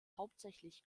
hauptsächlich